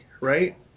right